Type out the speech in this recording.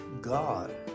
God